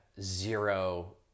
zero